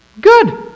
good